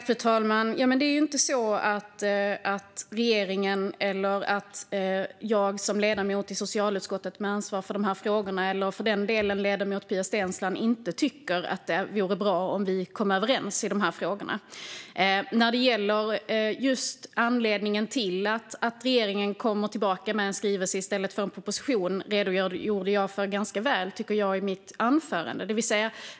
Fru talman! Det är inte så att regeringen eller jag som ledamot i socialutskottet med ansvar för dessa frågor eller, för den delen, ledamoten Pia Steensland, inte tycker att det vore bra om vi kom överens i dessa frågor. När det gäller anledningen till att regeringen kommer tillbaka med en skrivelse i stället för en proposition redogjorde jag, tycker jag, ganska väl för detta i mitt anförande.